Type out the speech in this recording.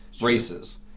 Races